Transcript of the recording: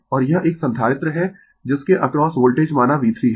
और यह एक संधारित्र है जिसके अक्रॉस वोल्टेज माना V3 है